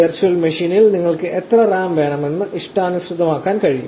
virtual മെഷീനിൽ നിങ്ങൾക്ക് എത്ര റാം വേണമെന്ന് ഇഷ്ടാനുസൃതമാക്കാൻ കഴിയും